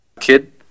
kid